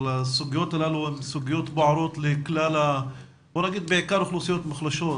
אבל הסוגיות הללו הן סוגיות בוערות בעיקר לאוכלוסיות מוחלשות,